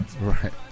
right